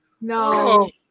no